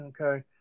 Okay